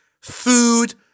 Food